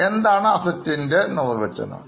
എന്താണ് ഒരു Asset റെ നിർവചനം